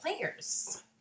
players